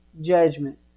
judgment